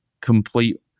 complete